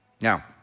Now